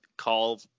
call